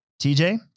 TJ